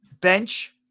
Bench